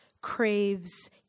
craves